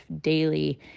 daily